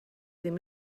ddim